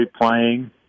playing